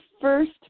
first